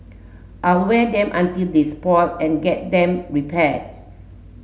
I'll wear them until they were spoiled and I'll get them repaired